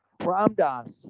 Ramdas